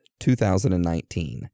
2019